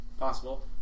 possible